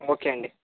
okay అండి